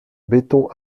béton